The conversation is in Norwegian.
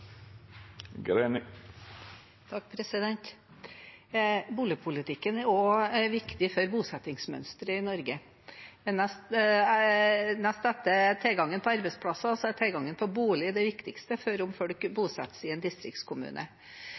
neste år. Boligpolitikken er også viktig for bosettingsmønsteret i Norge. Nest etter tilgangen på arbeidsplasser er tilgangen på bolig det viktigste for om folk bosetter seg i en distriktskommune.